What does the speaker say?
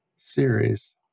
series